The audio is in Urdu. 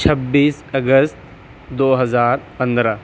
چھبیس اگست دو ہزار پندرہ